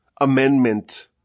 amendment